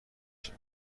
شود